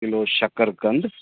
kilo शकरकंद